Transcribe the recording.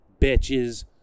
bitches